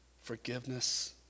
forgiveness